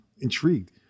intrigued